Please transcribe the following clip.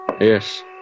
Yes